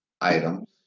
items